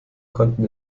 konnten